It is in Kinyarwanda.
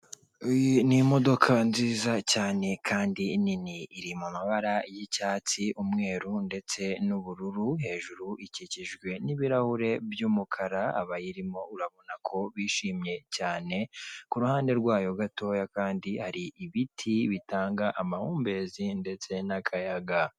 Iyi ni imodoka nziza cyane kandi nini iri mu mabara y'icyatsi, umweru ndetse n'ubururu hejuru ikikijwe n'ibirahure by'umukara abayirimo urabona ko bishimye cyane ku ruhande rwayo gatoya kandi hari ibiti bitanga amahumbezi ndetse n'akayaga.